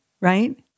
Right